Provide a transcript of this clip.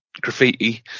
graffiti